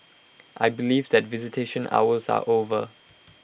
I believe that visitation hours are over